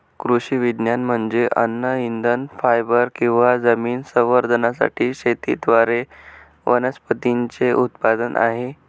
कृषी विज्ञान म्हणजे अन्न इंधन फायबर किंवा जमीन संवर्धनासाठी शेतीद्वारे वनस्पतींचे उत्पादन आहे